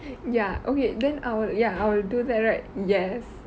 ya okay then I'll ya I'll do that right yes